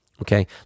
Okay